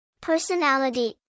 Personality